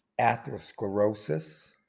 atherosclerosis